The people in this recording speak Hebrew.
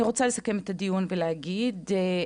אני רוצה לסכם את הדיון ולהגיד כך,